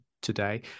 today